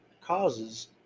causes